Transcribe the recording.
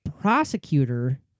prosecutor